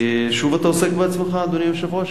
שוב אתה עוסק בעצמך, אדוני היושב-ראש?